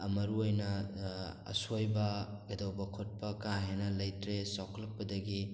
ꯃꯔꯨ ꯑꯣꯏꯅ ꯑꯁꯣꯏꯕ ꯀꯩꯗꯧꯕ ꯈꯣꯠꯄ ꯀꯥ ꯍꯦꯟꯅ ꯂꯩꯇ꯭ꯔꯦ ꯆꯥꯎꯈꯠꯂꯛꯄꯗꯒꯤ